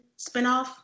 spinoff